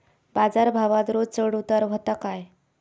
बाजार भावात रोज चढउतार व्हता काय?